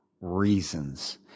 reasons